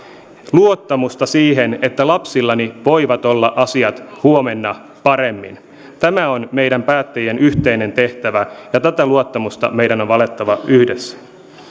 luottamusta siihen että lapsillamme voivat olla asiat huomenna paremmin tämä on meidän päättäjien yhteinen tehtävä ja tätä luottamusta meidän on valettava yhdessä